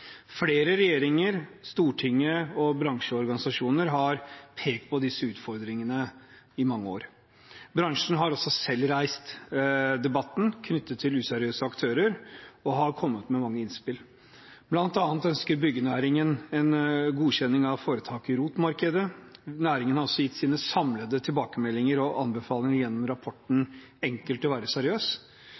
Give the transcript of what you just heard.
Flere regjeringer, Stortinget og bransjeorganisasjoner har pekt på disse utfordringene i mange år. Bransjen har også selv reist debatten knyttet til useriøse aktører og har kommet med mange innspill. Blant annet ønsker byggenæringen en godkjenning av foretak i ROT-markedet – rehabiliterings-, ombyggings- og tilbyggsmarkedet. Næringen har også gitt sine samlede tilbakemeldinger og anbefalinger gjennom rapporten Enkelt å være seriøs.